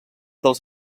dels